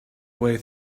way